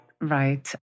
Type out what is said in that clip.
Right